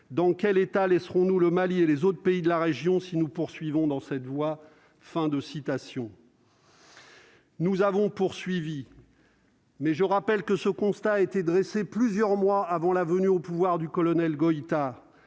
dans quel état laisserons-nous le Mali et les autres pays de la région si nous poursuivons dans cette voie, fin de citation. Nous avons poursuivi. Mais je rappelle que ce constat a été dressé plusieurs mois avant la venue au pouvoir du colonel Goïta